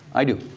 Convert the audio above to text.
i do.